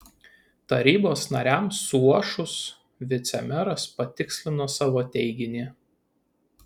tarybos nariams suošus vicemeras patikslino savo teiginį